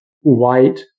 white